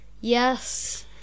Yes